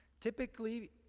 Typically